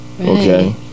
okay